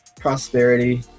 prosperity